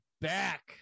back